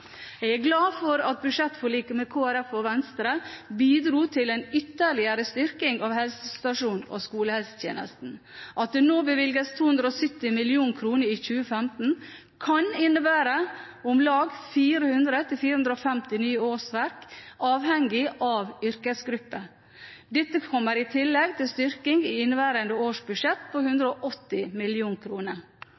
Jeg er glad for at budsjettforliket med Kristelig Folkeparti og Venstre bidro til en ytterligere styrking av helsestasjons- og skolehelsetjenesten. At det nå bevilges 270 mill. kr i 2015, kan innebære om lag 400–450 nye årsverk, avhengig av yrkesgruppe. Dette kommer i tillegg til styrkingen i inneværende års budsjett på